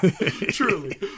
truly